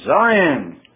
Zion